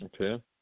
okay